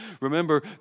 Remember